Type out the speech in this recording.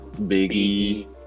Biggie